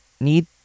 need